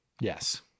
Yes